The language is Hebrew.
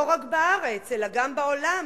לא רק בארץ אלא גם בעולם,